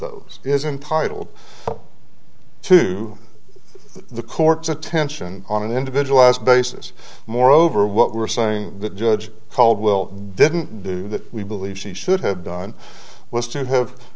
those is entitled to the court's attention on an individual as basis moreover what we're saying that judge caldwell didn't do that we believe she should have done was to have